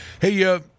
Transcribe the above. Hey